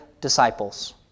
disciples